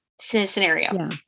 Scenario